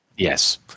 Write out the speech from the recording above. Yes